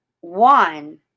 one